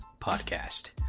Podcast